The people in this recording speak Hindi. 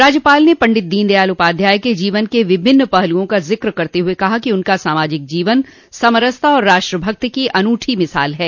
राज्यपाल ने पंडित दीन दयाल उपाध्याय के जीवन के विभिन्न पहलुओं का जिक्र करते हुए कहा कि उनका सामाजिक जीवन समरसता और राष्ट्रभक्ति की अनूठी मिसाल है